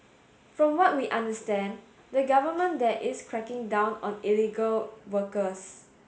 from what we understand the government there is cracking down on illegal workers